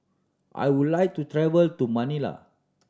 I would like to travel to Manila